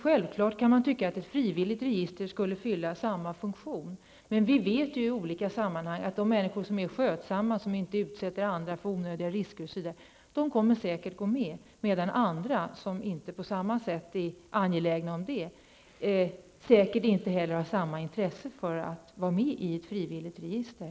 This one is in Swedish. Självfallet kan man tycka att ett frivilligt register skulle fylla samma funktion. Men vi vet från olika sammanhang att de människor som är skötsamma, som inte utsätter andra för onödiga risker osv., de kommer säkert att gå med. Andra, som inte är angelägna om det på samma sätt, har säkert inte samma intresse av att vara med i ett frivilligt register.